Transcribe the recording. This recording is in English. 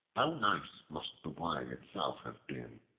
how nice must the wine itself have been,